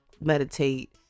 meditate